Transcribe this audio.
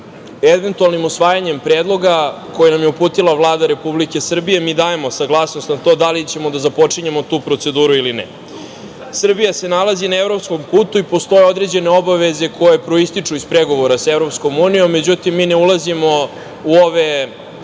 Eventualnim usvajanjem predloga koji nam je uputila Vlada Republike Srbije, mi dajemo saglasnost na to da li ćemo da započinjemo tu proceduru ili ne. Srbija se nalazi na evropskom putu i postoje određene obaveze koje proističu iz pregovora sa EU. Međutim, mi ne ulazimo u ovaj